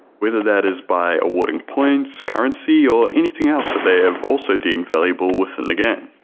whether that is by awarding points, currency or anything else that they have also deemed valuable within the game.